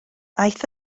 aeth